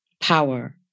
power